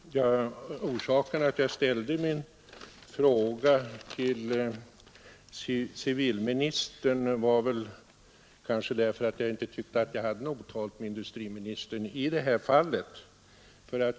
Fru talman! Orsaken till att jag framställde min fråga till civilministern var att jag inte tyckte jag hade något otalt med industriministern i det här fallet.